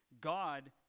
God